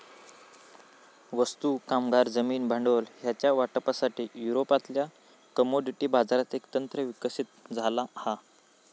वस्तू, कामगार, जमीन, भांडवल ह्यांच्या वाटपासाठी, युरोपातल्या कमोडिटी बाजारात एक तंत्र विकसित झाला हा